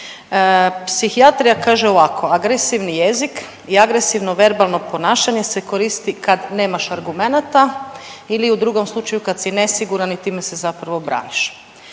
Psihijatrija kaže ovako, agresivni jezik i agresivno verbalno ponašanje se koristi kad nemaš argumenata ili u drugom slučaju kad si nesiguran i time se zapravo braniš.